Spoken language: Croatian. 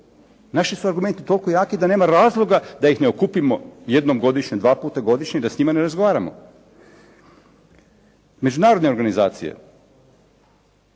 Naši su argumenti toliko jaki da nema razloga da ih ne okupimo jednom godišnje, dva puta godišnje i da s njima ne razgovaramo. Međunarodne organizacije